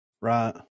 right